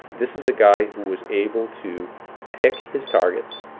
this is a guy who was able to pick his targets